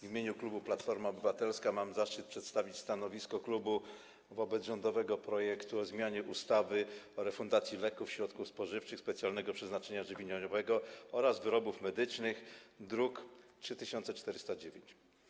W imieniu klubu Platforma Obywatelska mam zaszczyt przedstawić stanowisko klubu wobec rządowego projektu ustawy o zmianie ustawy o refundacji leków, środków spożywczych specjalnego przeznaczenia żywieniowego oraz wyrobów medycznych, druk nr 3409.